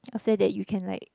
after that you can like